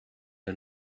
que